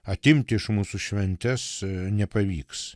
atimti iš mūsų šventes nepavyks